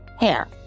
hair